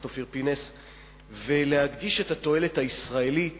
אופיר פינס ולהדגיש את התועלת הישראלית